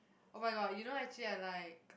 oh-my-god you know actually I like